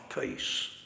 peace